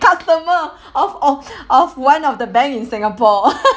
customer of of of one of the bank in singapore